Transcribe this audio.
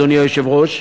אדוני היושב-ראש,